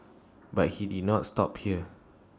but he did not stop here